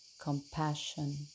compassion